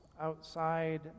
outside